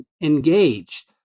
engaged